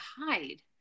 hide